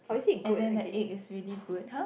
and then the egg is really good !huh!